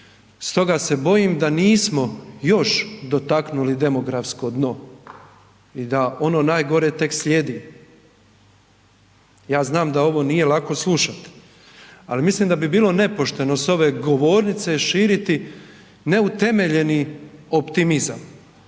stoga se bojim da nismo još dotaknuli demografsko dno i da ono najgore tek slijedi. Ja znam da ovo nije lako slušat, ali mislim da bi bilo nepošteno s ove govornice širiti neutemeljeni optimizam